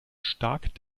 stark